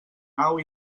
nau